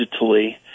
digitally